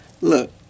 look